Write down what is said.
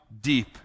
deep